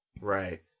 Right